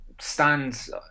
stands